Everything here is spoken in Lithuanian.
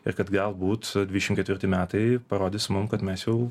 ir kad galbūt dvidešimt ketvirti metai parodys mum kad mes jau